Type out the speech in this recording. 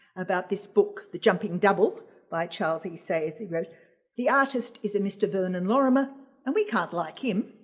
about this book the jumping double by charles ii say as he wrote the artist is a mr. vernon lorimer and we can't like him.